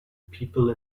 people